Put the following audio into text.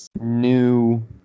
new